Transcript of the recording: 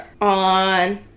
on